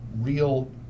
real